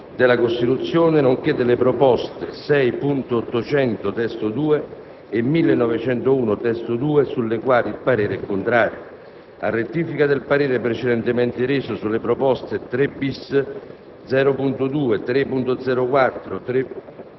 della Costituzione, nonché delle proposte 6.800 (testo 2) e 1.901 (testo 2), sulle quali il parere è contrario. A rettifica del parere precedentemente reso sulle proposte 3-*bis*.0.2, 3.0.4,